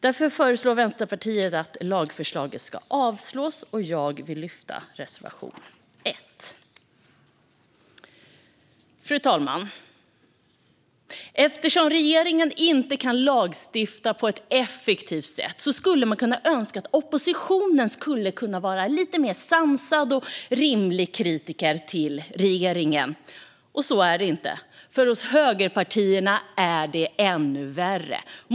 Därför föreslår Vänsterpartiet att lagförslaget ska avslås, och jag vill yrka bifall till reservation 1. Fru talman! Eftersom regeringen inte kan lagstifta på ett effektivt sätt skulle man kunna önska att oppositionen skulle kunna vara en lite mer sansad och rimlig kritiker till regeringen. Så är det inte, för hos högerpartierna är det ännu värre.